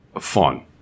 Fun